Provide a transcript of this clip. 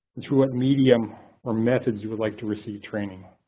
through what medium or methods you would like to receive training.